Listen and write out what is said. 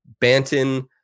Banton